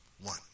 One